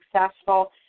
successful